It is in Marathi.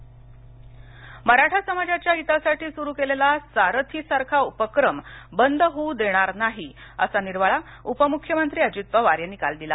सारथी मराठा समाजाच्या हितासाठी सुरू केलेला सारथी सारखा उपक्रम बंद होऊ देणार नाही असा निर्वाळा उपमुख्यमंत्री अजित पवार यांनी काल दिला